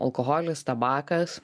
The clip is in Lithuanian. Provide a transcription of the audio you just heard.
alkoholis tabakas